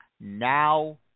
now